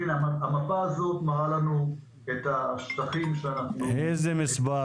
המפה הזאת מראה לנו את השטחים שאנחנו -- איזה מספר